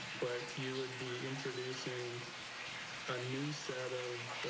but you would be introducing a new set of